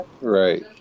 Right